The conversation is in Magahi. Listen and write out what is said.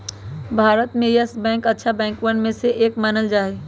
भारत में येस बैंक के अच्छा बैंकवन में से एक मानल जा हई